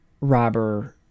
robber